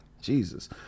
jesus